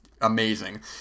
amazing